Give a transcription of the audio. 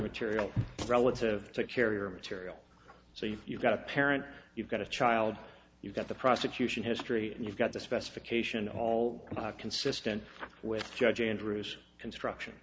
material relative to carrier material so you've got a parent you've got a child you've got the prosecution history and you've got the specification all consistent with judge andrew's construction